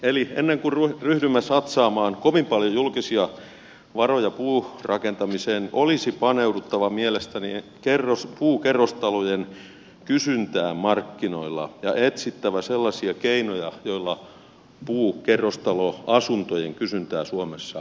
eli ennen kuin ryhdymme satsaamaan kovin paljon julkisia varoja puurakentamiseen olisi paneuduttava mielestäni puukerrostalojen kysyntään markkinoilla ja etsittävä sellaisia keinoja joilla puukerrostaloasuntojen kysyntää suomessa lisätään